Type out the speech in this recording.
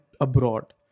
abroad